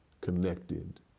connected